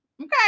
Okay